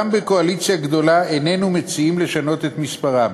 גם בקואליציה גדולה איננו מציעים לשנות את מספרם.